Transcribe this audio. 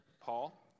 Paul